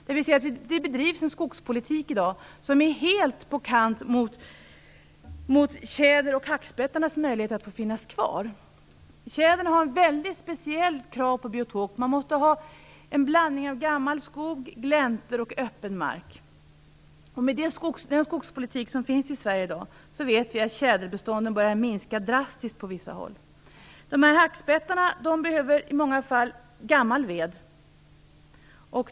Det bedrivs en skogspolitik i dag som är helt på kant med tjäderns och hackspettens möjlighet att finnas kvar. Tjädern har väldigt speciella krav på biotoperna; det måste vara en blandning av gammal skog, gläntor och öppen mark. Med den skogspolitik som bedrivs i Sverige i dag vet vi att tjäderbestånden börjar minska drastiskt på vissa håll. Hackspettarna behöver i många fall gammal ved.